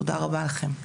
תודה רבה לכם.